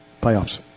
playoffs